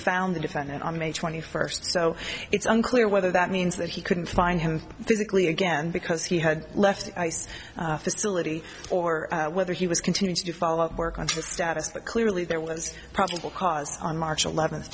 found the defendant on may twenty first so it's unclear whether that means that he couldn't find him physically again because he had left the facility or whether he was continue to do follow up work on the status but clearly there was probable cause on march eleventh